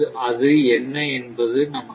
அது என்ன என்பது நமக்கு தெரியாது